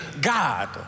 God